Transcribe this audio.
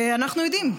ואנחנו יודעים,